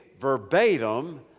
verbatim